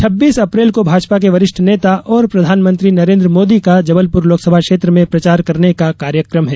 छब्बीस अप्रैल को भाजपा के वरिष्ठ नेता और प्रधानमंत्री नरेन्द्र मोदी का जबलपुर लोकसभा क्षेत्र में प्रचार करने का कार्यक्रम है